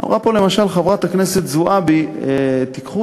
אמרה פה למשל חברת הכנסת זועבי: תיקחו